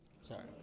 Sorry